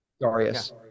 Darius